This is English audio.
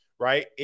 right